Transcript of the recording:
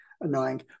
annoying